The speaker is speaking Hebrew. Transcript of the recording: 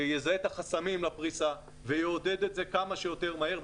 יזהה את החסמים לפריסה ויעודד את זה כמה שיותר מהר,